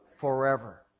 Forever